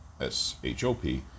S-H-O-P